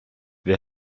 wir